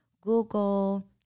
Google